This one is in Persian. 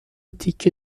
تیکه